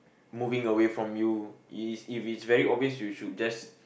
moving away from you it is if it is very obvious you should just